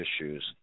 issues